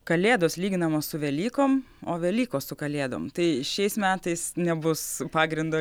kalėdos lyginamos su velykom o velykos su kalėdom tai šiais metais nebus pagrindo